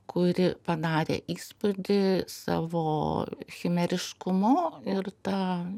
kuri padarė įspūdį savo chimeriškumu ir ta